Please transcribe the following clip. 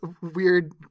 weird